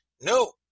no